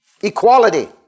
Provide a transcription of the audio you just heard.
Equality